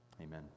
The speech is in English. Amen